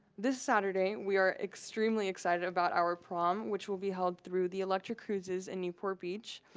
this saturday, we are extremely excited about our prom, which will be held through the electra cruises in newport beach.